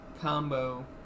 combo